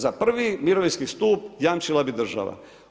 Za I. mirovinski stup jamčila bi država.